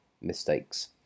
mistakes